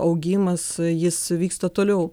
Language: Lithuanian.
augimas jis vyksta toliau